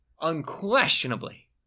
unquestionably